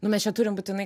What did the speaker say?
nu mes čia turim būtinai